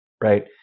right